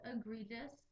egregious